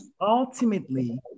ultimately